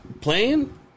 playing